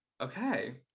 Okay